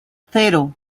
cero